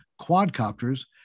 quadcopters